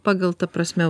pagal ta prasme